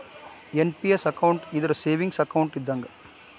NPS account ಇದ್ರ savings account ಇದ್ದಂಗ